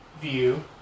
view